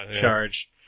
charge